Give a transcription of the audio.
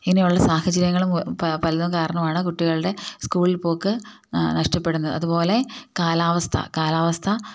ഇനിയുള്ള സാഹചര്യങ്ങളും പലതും കാരണമാണ് കുട്ടികളുടെ സ്കൂളിൽ പോക്ക് നഷ്ടപ്പെടുന്നത് അതുപോലെ കാലാവസ്ഥ കാലാവസ്ഥ